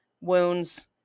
wounds